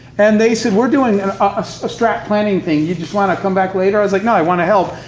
and they said, we're doing a strat planning thing, you just want to come back later? i was like, no, i want to help,